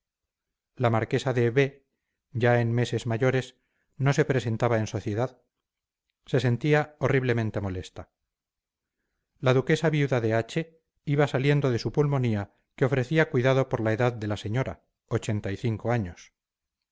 la marquesa de b ya en meses mayores no se presentaba en sociedad se sentía horriblemente molesta la duquesa viuda de h iba saliendo de su pulmonía que ofrecía cuidado por la edad de la señora ochenta y cinco años